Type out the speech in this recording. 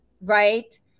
right